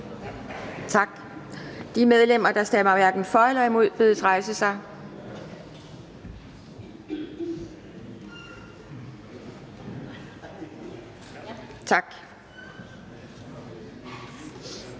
Tak. De medlemmer, der stemmer hverken for eller imod, bedes rejse sig Tak.